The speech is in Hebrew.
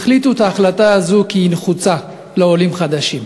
החליטו את ההחלטה הזאת כי היא נחוצה לעולים חדשים,